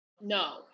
No